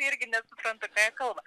irgi nesupranta ką jie kalba